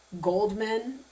Goldman